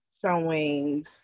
showing